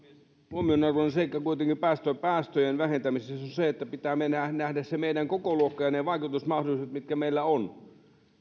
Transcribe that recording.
huomionarvoinen seikka kuitenkin päästöjen päästöjen vähentämisessä on se että pitää nähdä se meidän kokoluokka ja ne vaikutusmahdollisuudet mitkä meillä on